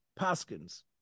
paskins